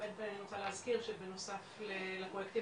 באמת אני רוצה להזכיר שבנוסף לפרויקטים